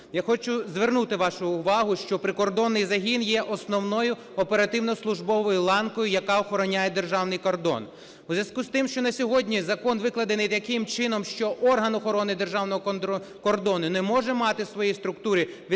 Я хочу звернути вашу увагу, що прикордонний загін є основною оперативно-службовою ланкою, яка охороняє державний кордон. У зв'язку з тим, що на сьогодні закон викладений таким чином, що орган охорони державного кордону не може мати у своїй структурі відповідних